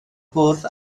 bwrdd